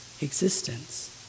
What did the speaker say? existence